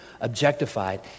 objectified